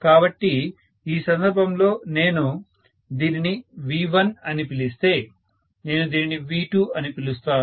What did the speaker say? కాబట్టి ఈ సందర్భంలో నేను దీనిని V1 అని పిలిస్తే నేను దీనిని V2 అని పిలుస్తాను